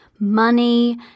money